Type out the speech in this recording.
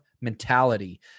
mentality